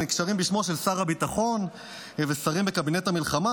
הנקשרים בשמו של שר הביטחון ושרים בקבינט המלחמה,